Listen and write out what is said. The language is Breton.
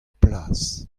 plas